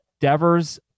Devers